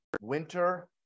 winter